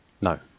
No